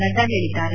ನಡ್ಡಾ ಹೇಳಿದ್ದರೆ